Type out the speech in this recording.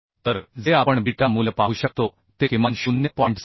तर जे आपण बीटा मूल्य पाहू शकतो ते किमान 0